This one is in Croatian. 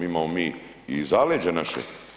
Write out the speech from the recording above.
Imamo mi i zaleđe naše.